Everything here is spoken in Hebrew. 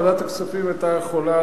ועדת הכספים היתה יכולה,